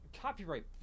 copyright